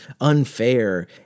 unfair